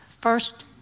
first